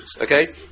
Okay